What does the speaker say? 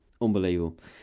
Unbelievable